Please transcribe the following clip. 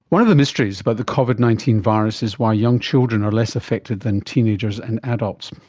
one of the mysteries about the covid nineteen virus is why young children are less affected than teenagers and adults.